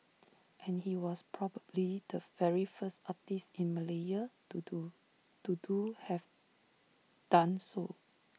and he was probably the very first artist in Malaya to do to do have done so